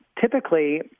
Typically